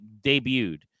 debuted